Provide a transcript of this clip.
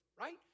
right